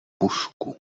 pušku